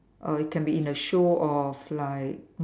uh it cannot be in a show of like